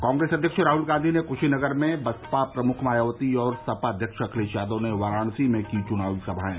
कांग्रेस अध्यक्ष राहुल गांधी ने कुशीनगर में बसपा प्रमुख मायावती और सपा अध्यक्ष अखिलेश यादव ने वाराणसी में की च्नावी जनसभाएं